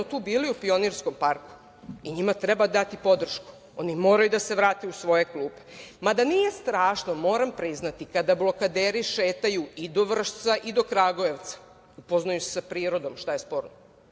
tu bili u Pionirskom parku i njima treba dati podršku, oni moraju da se vrate u svoje klupe. Mada nije strašno, moram priznati, kada blokaderi šetaju i do Vršca i do Kragujevca, upoznaju se sa prirodom, šta je sporno,